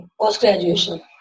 post-graduation